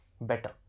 better